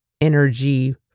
energy